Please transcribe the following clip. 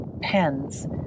pens